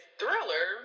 thriller